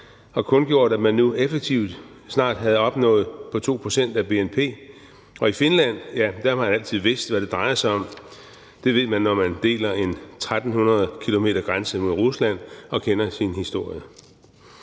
og kundgjort, at man nu effektivt snart havde opnået 2 pct. af bnp, og i Finland har man altid vidst, hvad det drejer sig om. Det ved man, når man deler en 1.300 km lang grænse med Rusland og kender sin historie.